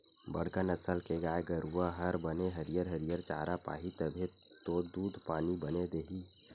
बड़का नसल के गाय गरूवा हर बने हरियर हरियर चारा पाही तभे तो दूद पानी बने दिही